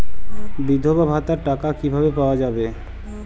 বিধবা ভাতার টাকা কিভাবে পাওয়া যাবে?